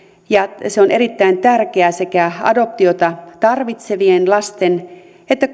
ja se on erittäin tärkeää sekä adoptiota tarvitsevien lasten että